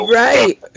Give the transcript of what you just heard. right